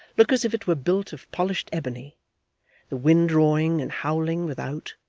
look as if it were built of polished ebony the wind roaring and howling without,